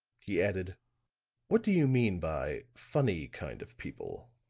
he added what do you mean by funny kind of people